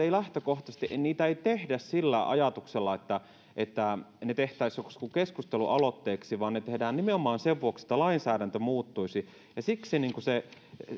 ei lähtökohtaisesti tehdä sillä ajatuksella että että ne tehtäisiin joksikin keskustelualoitteeksi vaan ne tehdään nimenomaan sen vuoksi että lainsäädäntö muuttuisi ja siksi se